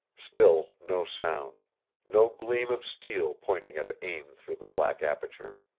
still no sound no gleam of steel pointing at aim through the black aperture.